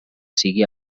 sigui